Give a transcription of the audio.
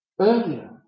earlier